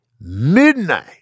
Midnight